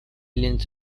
aliens